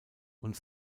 und